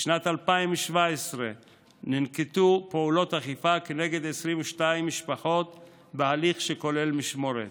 בשנת 2017 ננקטו פעולות אכיפה כנגד 22 משפחות בהליך שכולל משמורת,